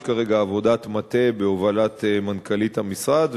יש כאן עבודת מטה בהובלת מנכ"לית המשרד,